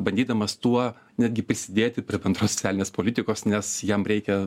bandydamas tuo netgi prisidėti prie bendros socialinės politikos nes jam reikia